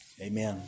amen